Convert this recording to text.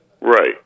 right